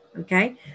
Okay